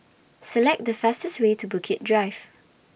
Select The fastest Way to Bukit Drive